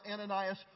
Ananias